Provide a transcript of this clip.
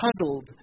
puzzled